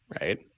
Right